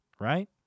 right